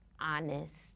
honest